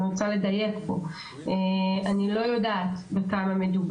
אתם יודעים להגיד מה זה?